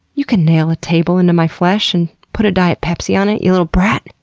you can nail a table into my flesh and put a diet pepsi on it, you little brat.